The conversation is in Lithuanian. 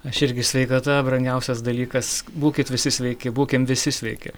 aš irgi sveikata brangiausias dalykas būkit visi sveiki būkim visi sveiki